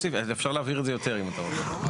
אפשר להבהיר את זה יותר אם אתה רוצה.